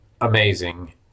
amazing